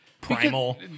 Primal